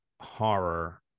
horror